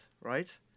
right